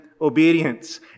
obedience